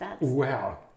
Wow